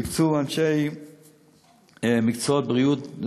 יוקצו אנשי מקצועות בריאות,